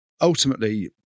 ultimately